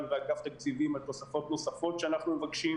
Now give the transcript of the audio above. ואגף תקציבים על תוספות נוספות שאנחנו מבקשים.